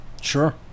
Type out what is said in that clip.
sure